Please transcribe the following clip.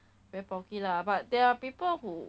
very faulty lah but there are people who